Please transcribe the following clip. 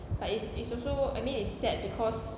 but it's it's also I mean it's sad because